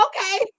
okay